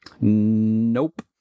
Nope